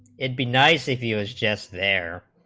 it be nice if u s. chess their